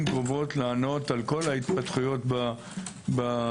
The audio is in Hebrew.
קרובות לענות על כל ההתפתחויות במציאות.